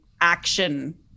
action